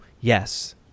yes